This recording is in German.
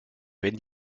wenn